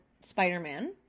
Spider-Man